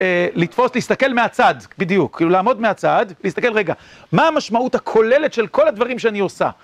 לתפוס, להסתכל מהצד, בדיוק, כאילו לעמוד מהצד, להסתכל רגע, מה המשמעות הכוללת של כל הדברים שאני עושה?